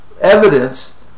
evidence